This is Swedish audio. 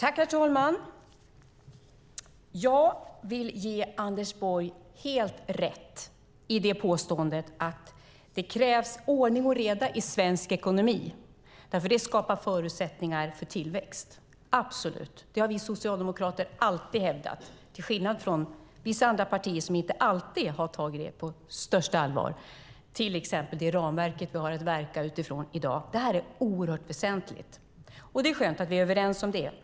Herr talman! Jag vill ge Anders Borg helt rätt i påståendet att det krävs ordning och reda i svensk ekonomi. Det skapar förutsättningar för tillväxt. Det har vi socialdemokrater alltid hävdat, till skillnad från vissa andra partier som inte alltid har tagit det på största allvar - till exempel det ramverk vi har att följa i dag. Det är oerhört väsentligt. Det är skönt att vi är överens om det.